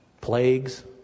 plagues